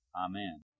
Amen